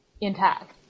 intact